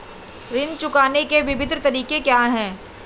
ऋण चुकाने के विभिन्न तरीके क्या हैं?